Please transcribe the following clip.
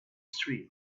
street